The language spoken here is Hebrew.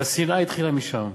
והשנאה התחילה משם.